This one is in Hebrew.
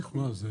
נכון.